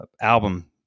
album